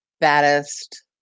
baddest